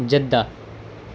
Jeddah